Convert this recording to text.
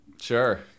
sure